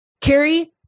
Carrie